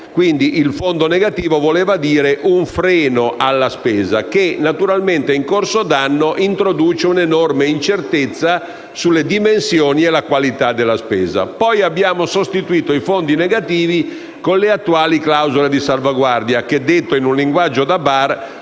Il fondo negativo voleva dire un freno alla spesa che, naturalmente, in corso d'anno introduce un'enorme incertezza sulle dimensioni e sulla qualità della spesa stessa. Abbiamo poi sostituito i fondi negativi con le attuali clausole di salvaguardia che - detto in un linguaggio da bar